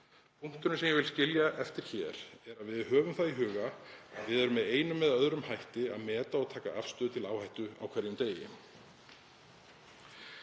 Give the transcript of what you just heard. Punkturinn sem ég vil skilja eftir hér er að við höfum það í huga að við metum með einum eða öðrum hætti og tökum afstöðu til áhættu á hverjum degi.